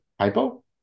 Hypo